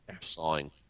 sawing